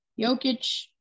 Jokic